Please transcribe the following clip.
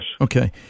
Okay